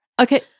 Okay